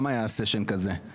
גם היה "סשן" כזה.